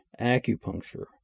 acupuncture